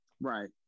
Right